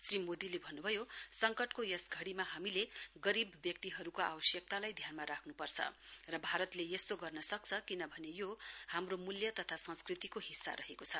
श्री मोदीले भन्नुभयो संकटको यस घड़ीमा हामीले गरीब व्यक्तिहरुको आवश्यकतालाई ध्यानमा राख्नुपर्छ र भारतले यस्तो गर्न सक्छ किनभने यो हाम्रो मूल्य तथा संस्कृतिको हिस्सा रहेको छ